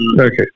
okay